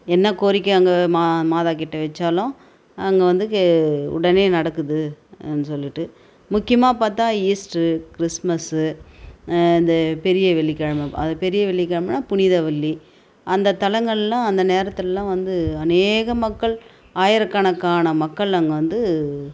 என்ன கோரிக்கை அங்கே மா மாதா கிட்ட வச்சாலும் அங்கே வந்து கே உடனே நடக்குதுன்னு சொல்லிவிட்டு முக்கியமாக பார்த்தா ஈஸ்டரு கிறிஸ்மஸ்ஸு அந்த பெரிய வெள்ளிக்கிழம பெரிய வெள்ளிக்கிழமன்னா புனித வெள்ளி அந்த தளங்கள் எல்லாம் அந்த நேரத்தில் வந்து அனேக மக்கள் ஆயிரக்கணக்கான மக்கள் அங்கே வந்து